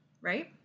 Right